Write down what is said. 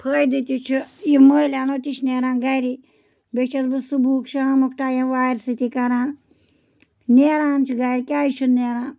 فٲیدٕ تہِ چھُ یہِ مٔلۍ اَنو تہِ چھِ نیران گَری بیٚیہِ چھَس بہٕ صُبحُک شامُک ٹایم وارِ سۭتی کَران نیران چھِ گَرِ کیٛازِ چھِنہٕ نیران